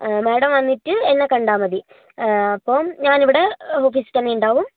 madam വന്നിട്ട് എന്നെ കണ്ടാൽ മതി അപ്പോൾ ഞാൻ ഇവിടെ ഓഫീസിൽ തന്നെ ഉണ്ടാവും